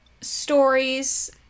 stories